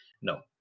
No